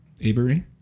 Avery